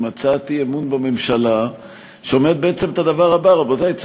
הצעת אי-אמון בממשלה שאומרת את הדבר הבא: רבותי,